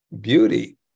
beauty